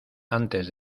antes